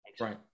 Right